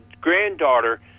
granddaughter